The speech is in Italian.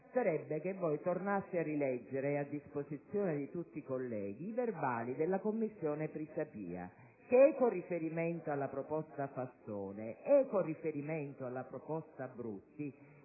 basterebbe che voi tornaste a rileggere (è a disposizione di tutti i colleghi) i verbali della Commissione Pisapia, la quale, con riferimento alla proposta Fassone e alla proposta Brutti,